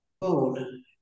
phone